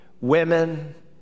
Women